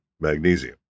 magnesium